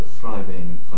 thriving